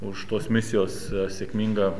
už tos misijos sėkmingą